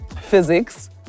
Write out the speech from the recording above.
physics